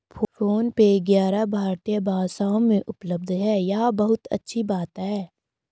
phone पे ग्यारह भारतीय भाषाओं में उपलब्ध है यह बहुत अच्छी बात है